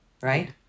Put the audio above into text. right